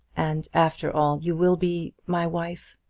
and after all you will be my wife?